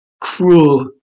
cruel